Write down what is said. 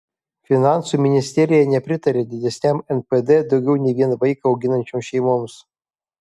finansų ministerija nepritaria didesniam npd daugiau nei vieną vaiką auginančioms šeimoms